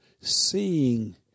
Seeing